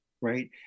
right